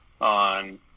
on